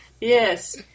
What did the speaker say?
Yes